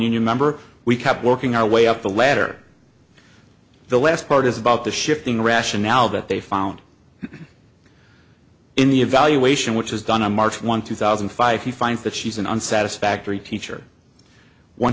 union member we kept working our way up the ladder the last part is about the shifting rationale that they found in the evaluation which is done on march one two thousand and five he finds that she's in on satisfactory teacher